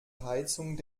heizung